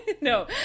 No